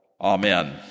Amen